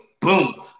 Boom